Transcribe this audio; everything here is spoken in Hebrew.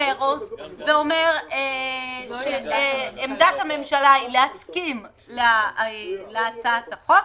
ואומר שעמדת הממשלה היא להסכים להצעת החוק,